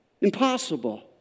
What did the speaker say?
Impossible